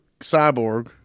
cyborg